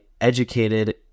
educated